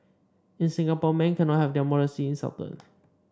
in Singapore men cannot have their modesty insulted